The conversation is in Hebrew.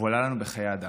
והוא עלה לנו בחיי אדם.